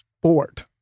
sport